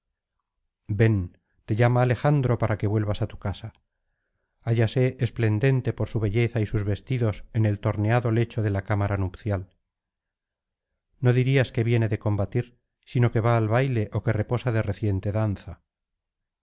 ven te llama alejandro para que vuelvas á tu casa hállase esplendente por su belleza y sus vestidos en el torneado lecho de la cámara nupcial no dirías que viene de combatir sino que va al baile ó que reposa de reciente danza